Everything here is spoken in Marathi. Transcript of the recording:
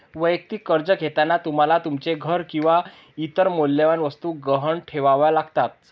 वैयक्तिक कर्ज घेताना तुम्हाला तुमचे घर किंवा इतर मौल्यवान वस्तू गहाण ठेवाव्या लागतात